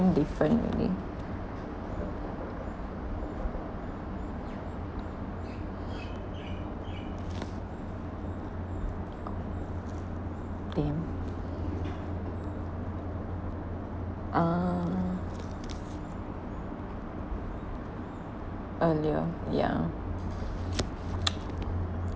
then different already damn ah earlier yeah